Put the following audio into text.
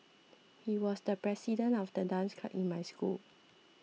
he was the president of the dance club in my school